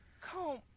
Come